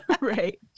Right